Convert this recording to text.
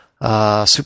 Super